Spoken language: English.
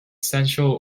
sensual